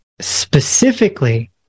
specifically